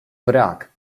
brak